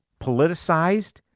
politicized